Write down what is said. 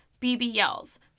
BBLs